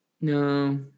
No